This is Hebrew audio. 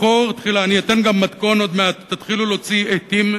תוציאו עטים,